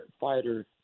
fighter